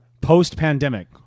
Post-pandemic